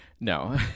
No